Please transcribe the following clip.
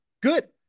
good